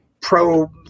pro